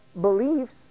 beliefs